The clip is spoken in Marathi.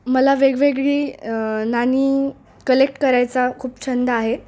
मला वेगवेगळी नाणी कलेक्ट करायचा खूप छंद आहे